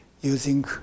using